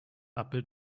abbild